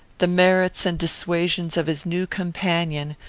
the merits and dissuasions of his new companion,